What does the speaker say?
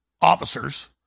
officers